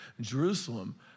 Jerusalem